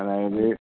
അതായത്